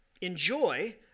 Enjoy